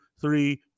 three